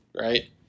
right